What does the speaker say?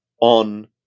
on